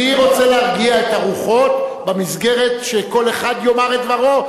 אני רוצה להרגיע את הרוחות במסגרת שכל אחד יאמר את דברו,